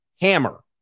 Hammer